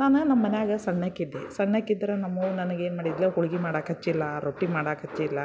ನಾನು ನಮ್ಮ ಮನೆಯಾಗ ಸಣ್ಣಕಿದ್ದಿ ಸಣ್ಣಕಿದ್ರೆ ನಮ್ಮ ಅವ್ವ ನನ್ಗೆ ಏನು ಮಾಡಿದ್ಳು ಹೋಳ್ಗೆ ಮಾಡಕ್ಕ ಹಚ್ಚಿಲ್ಲ ರೊಟ್ಟಿ ಮಾಡಕ್ಕ ಹಚ್ಚಿಲ್ಲ